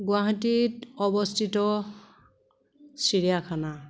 গুৱাহাটীত অৱস্থিত চিৰিয়াখানা